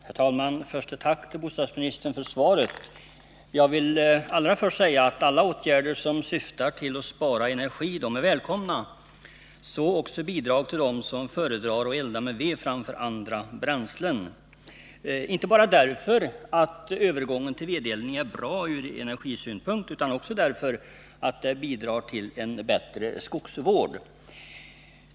Herr talman! Först ett tack till bostadsministern för svaret på min fråga. Alla åtgärder som syftar till att spara energi är välkomna, också bidrag till dem som föredrar att elda med ved framför med andra bränslen. Det gäller inte bara därför att övergång till vedeldning är bra ur energisynpunkt utan också därför att det bidrar till en förbättring av skogsvården.